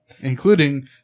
Including